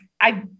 I-